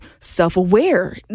self-aware